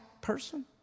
person